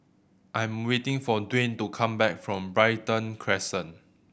I'm waiting for Dwayne to come back from Brighton Crescent